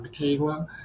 Michaela